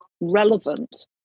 relevant